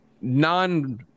non